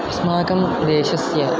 अस्माकं देशस्य